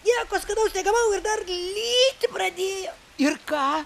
nieko skanaus tebevalgo ir dargi lyti pradėjo ir ką